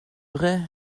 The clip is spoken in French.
vrai